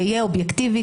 ויהיה אובייקטיבי,